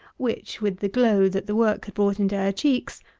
which, with the glow that the work had brought into her cheeks,